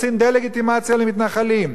כשעושים דה-לגיטימציה לערבים,